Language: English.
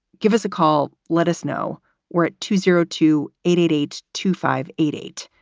give us a call. let us know where at two zero two eight eight eight two five eight eight.